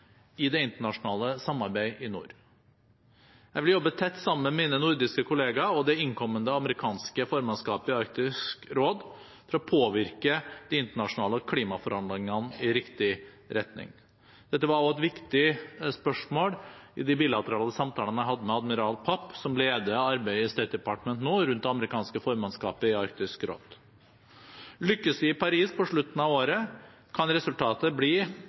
i det internasjonale samarbeidet i nord. Jeg vil jobbe tett sammen med mine nordiske kollegaer og det innkommende amerikanske formannskapet i Arktisk råd for å påvirke de internasjonale klimaforhandlingene i riktig retning. Dette var også et viktig spørsmål i de bilaterale samtalene jeg hadde med admiral Papp, som leder av arbeidet i State Department nå rundt det amerikanske formannskapet i Arktisk råd. Lykkes vi i Paris på slutten av året, kan resultatet bli